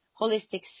holistic